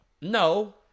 No